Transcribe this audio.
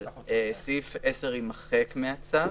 סעיף 10 יימחק מהצו,